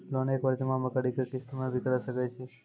Loan एक बार जमा म करि कि किस्त मे भी करऽ सके छि?